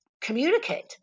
communicate